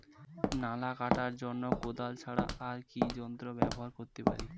নালা কাটার জন্য কোদাল ছাড়া আর কি যন্ত্র ব্যবহার করতে পারি?